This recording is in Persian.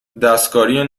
دستکاری